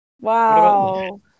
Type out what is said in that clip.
Wow